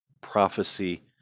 prophecy